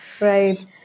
Right